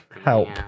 Help